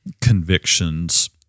convictions